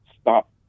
stop